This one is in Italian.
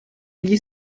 gli